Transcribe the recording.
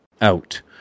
out